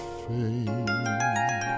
fame